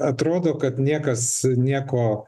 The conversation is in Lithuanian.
atrodo kad niekas nieko